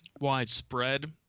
widespread